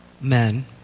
men